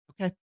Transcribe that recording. okay